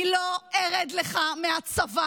אני לא ארד לך מהצוואר.